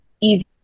easy